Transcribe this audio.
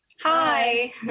Hi